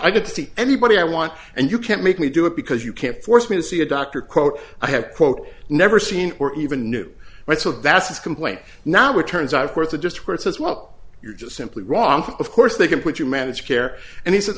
didn't see anybody i want and you can't make me do it because you can't force me to see a doctor quote i have quote never seen or even knew that so that's his complaint now with turns out of course it just works as well you're just simply wrong of course they can put you managed care and he said